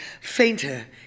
fainter